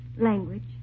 Language